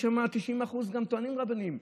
יש שם 90% גם טוענים רבניים.